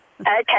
Okay